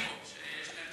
פה שיש להם,